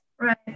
Right